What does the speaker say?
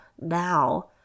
now